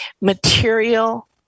material